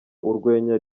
urwenya